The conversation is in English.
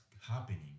happening